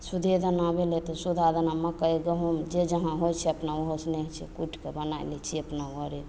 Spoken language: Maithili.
सुधे दाना भेलय तऽ सुधा दाना मक्कइ गहुम जे जहाँ होि छै अपना कुटि कऽ बनाय लै छियै अपना घरे